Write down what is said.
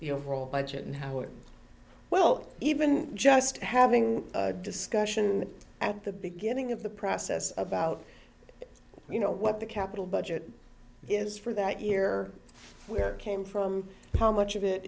overall budget and how it well even just having a discussion at the beginning of the process about you know what the capital budget is for that year where came from how much of it